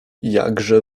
jakże